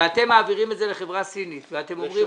ואתם מעבירים את זה לחברה סינית, ואתם אומרים